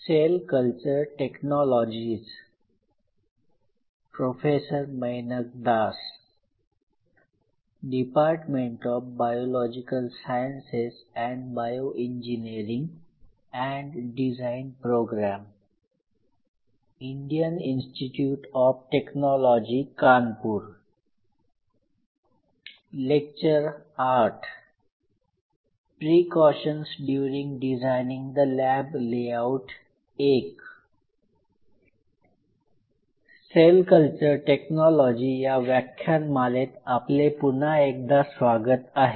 sale culture technology या व्याख्यानमालेत आपले पुन्हा एकदा स्वागत आहे